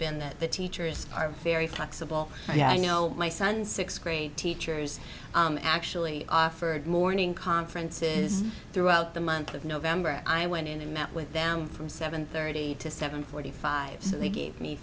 been that the teachers are very flexible i know my son sixth grade teachers actually offered morning conference's throughout the month of november i went in and met with them from seven thirty to seven forty five so they gave me